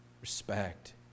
respect